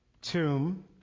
tomb